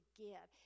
give